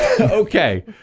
Okay